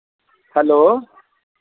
hello